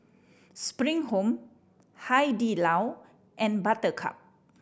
Spring Home Hai Di Lao and Buttercup